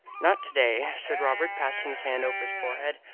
not to-day, said robert, passing his hand over his forehead.